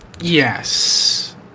yes